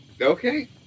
Okay